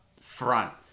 front